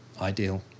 ideal